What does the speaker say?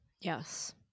yes